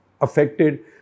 affected